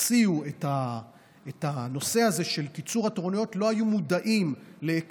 שהציעו את הנושא הזה של קיצור התורנויות לא היו מודעים להיקף